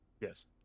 Yes